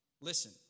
listen